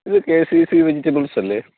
ഇത് K C C vegetables അല്ലേ